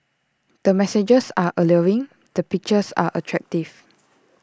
the messages are alluring the pictures are attractive